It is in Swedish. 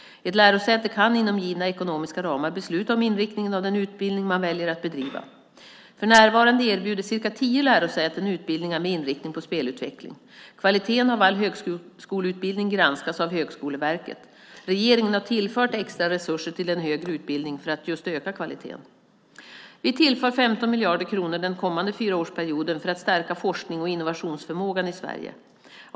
Ett lärosäte kan inom givna ekonomiska ramar besluta om inriktningen på den utbildning man väljer att bedriva. För närvarande erbjuder cirka tio lärosäten utbildningar med inriktning på spelutveckling. Kvaliteten av all högskoleutbildning granskas av Högskoleverket. Regeringen har tillfört extra resurser till den högre utbildningen för att öka kvaliteten. Vi tillför 15 miljarder kronor den kommande fyraårsperioden för att stärka forsknings och innovationsförmågan i Sverige.